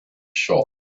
shop